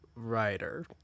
writer